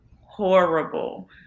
horrible